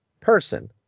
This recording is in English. person